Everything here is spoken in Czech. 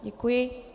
Děkuji.